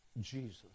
Jesus